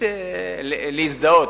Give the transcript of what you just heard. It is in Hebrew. באמת להזדהות.